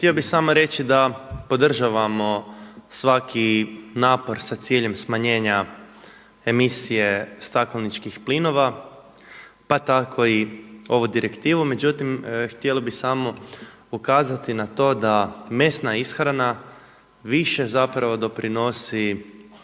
Htio bi samo reći da podržavamo svaki napor sa ciljem smanjenja emisije stakleničkih plinova, pa tako i ovu direktivu. Međutim, htjeli bi samo ukazati na to da mesna ishrana više doprinosi